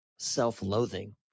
self-loathing